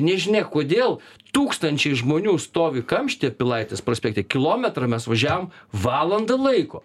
nežinia kodėl tūkstančiai žmonių stovi kamštyje pilaitės prospekte kilometrą mes važiavom valandą laiko